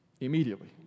Immediately